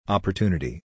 Opportunity